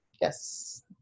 Yes